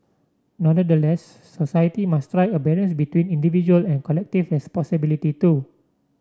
nonetheless society must strike a balance between individual and collective responsibility too